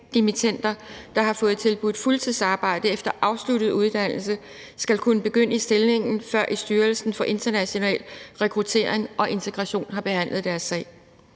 kandidatdimittender, der har fået tilbudt fuldtidsarbejde efter afsluttet uddannelse, skal kunne begynde i stillingen, før Styrelsen for International Rekruttering og Integration har behandlet deres sag.